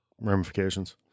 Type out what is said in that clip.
ramifications